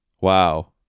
wow